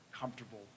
comfortable